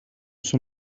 son